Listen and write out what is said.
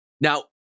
Now